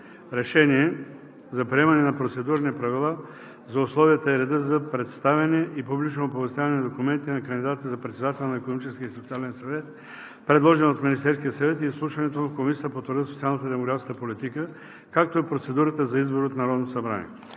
РЕШЕНИЕ за приемане на Процедурни правила за условията и реда за представяне и публично оповестяване на документите на кандидата за председател на Икономическия и социален съвет, предложен от Министерския съвет, и изслушването му в Комисията по труда, социалната и демографската политика, както и процедурата за избор от Народното събрание